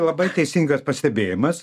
labai teisingas pastebėjimas